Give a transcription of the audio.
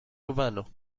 urbano